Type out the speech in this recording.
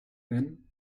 then